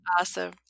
Awesome